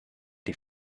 die